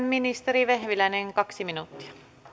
ministeri vehviläinen kaksi minuuttia